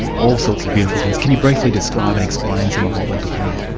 all sorts of beautiful things. can you briefly describe and explain some of what we're looking at?